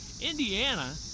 Indiana